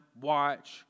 watch